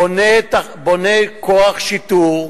בונה כוח שיטור,